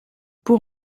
pour